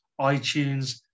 iTunes